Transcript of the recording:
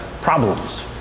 problems